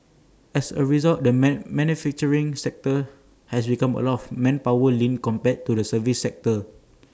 as A result the manufacturing sector has become A lot more manpower lean compared to the services sector